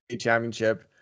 Championship